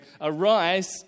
Arise